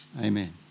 Amen